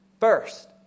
first